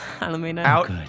out